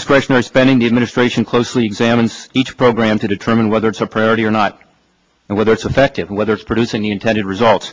discretionary spending the administration closely examined each program to determine whether it's a priority or not and whether it's effective whether it's producing the intended result